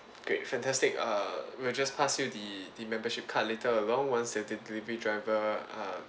okay fantastic uh we'll just pass you the the membership card later along once the delivery driver uh